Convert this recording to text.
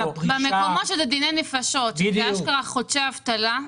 במקומות של דיני נפשות, חודשי אבטלה,